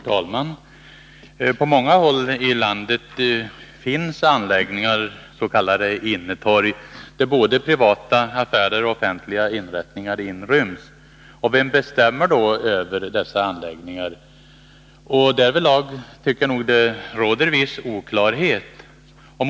Herr talman! På många håll i landet finns anläggningar — s.k. innetorg — där både privata affärer och offentliga inrättningar inryms. Det råder en viss oklarhet om vem som bestämmer över dessa anläggningar.